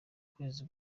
kwezi